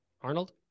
Arnold